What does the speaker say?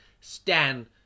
Stan